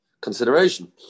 consideration